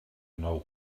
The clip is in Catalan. nou